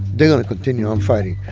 they're going to continue on fighting.